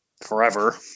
forever